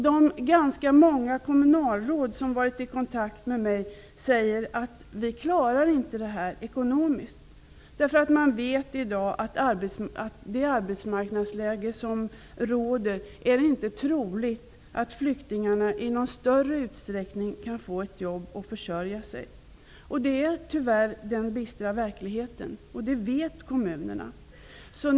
De ganska många kommunalråd som varit i kontakt med mig säger att de inte klarar det här ekonomiskt. Man vet att det i det arbetsmarknadsläge som nu råder inte är troligt att flyktingarna i någon större utsträckning kan få ett jobb och försörja sig. Det är, tyvärr, den bistra verkligheten, och det vet man ute i kommunerna.